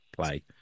play